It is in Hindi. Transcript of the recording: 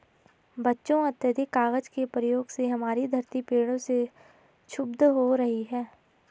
बच्चों अत्याधिक कागज के प्रयोग से हमारी धरती पेड़ों से क्षुब्ध हो रही है